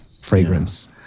fragrance